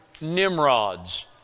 Nimrods